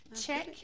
check